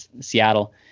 seattle